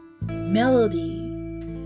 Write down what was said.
melody